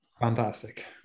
Fantastic